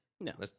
No